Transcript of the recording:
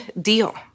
deal